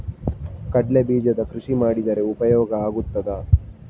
ಕಡ್ಲೆ ಬೀಜದ ಕೃಷಿ ಮಾಡಿದರೆ ಉಪಯೋಗ ಆಗುತ್ತದಾ?